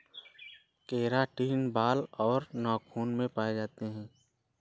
keratin बाल और नाखून में पाए जाते हैं